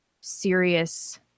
serious